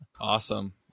Awesome